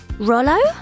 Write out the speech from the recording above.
Rollo